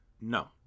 No